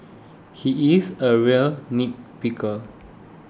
he is a real nitpicker